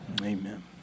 amen